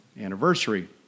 anniversary